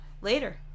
later